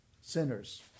sinners